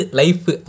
life